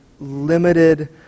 limited